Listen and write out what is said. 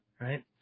right